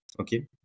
okay